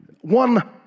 one